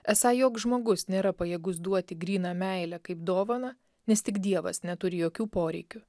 esą joks žmogus nėra pajėgus duoti gryną meilę kaip dovaną nes tik dievas neturi jokių poreikių